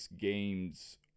games